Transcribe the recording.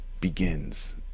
begins